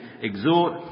exhort